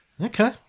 Okay